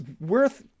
worth